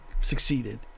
succeeded